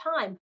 time